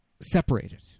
separated